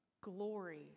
glory